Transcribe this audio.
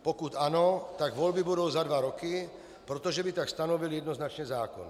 Pokud ano, volby budou za dva roky, protože by tak stanovil jednoznačně zákon.